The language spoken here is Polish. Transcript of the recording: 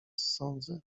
sądzę